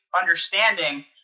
understanding